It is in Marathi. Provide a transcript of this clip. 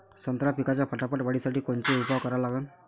संत्रा पिकाच्या फटाफट वाढीसाठी कोनचे उपाव करा लागन?